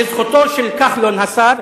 לזכותו של כחלון השר,